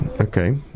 Okay